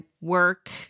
work